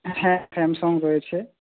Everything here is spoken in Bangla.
হ্যাঁ স্যামসাং রয়েছে